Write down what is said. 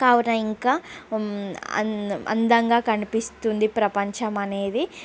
కావున ఇంకా అందం అందంగా కనిపిస్తుంది ప్రపంచం అనేది